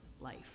life